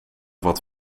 wat